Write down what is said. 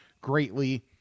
greatly